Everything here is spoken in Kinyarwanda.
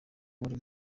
buri